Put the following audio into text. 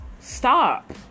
Stop